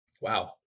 Wow